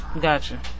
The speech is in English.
Gotcha